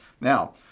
now